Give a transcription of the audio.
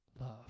Love